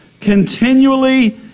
continually